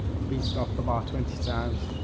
been stopped about twenty times.